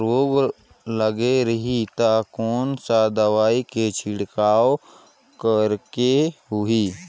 पौध मां रोग लगे रही ता कोन सा दवाई के छिड़काव करेके होही?